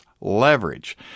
leverage